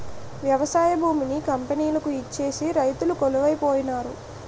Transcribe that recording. వ్యవసాయ భూమిని కంపెనీలకు ఇచ్చేసి రైతులు కొలువై పోనారు